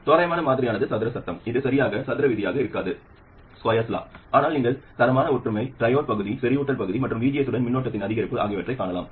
தோராயமான மாதிரியானது சதுர சட்டம் இது சரியாக சதுர விதியாக இருக்காது ஆனால் நீங்கள் தரமான ஒற்றுமை ட்ரையோட் பகுதி செறிவூட்டல் பகுதி மற்றும் VGS உடன் மின்னோட்டத்தின் அதிகரிப்பு ஆகியவற்றைக் காணலாம்